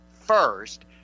first